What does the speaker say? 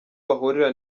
bahurira